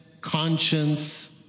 conscience